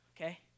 okay